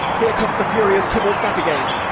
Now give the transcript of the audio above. here comes the furious tybalt back again.